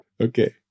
Okay